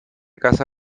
casa